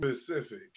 specific